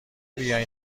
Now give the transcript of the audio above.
بیان